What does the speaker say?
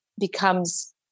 becomes